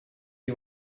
you